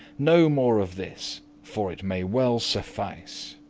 no more of this, for it may well suffice.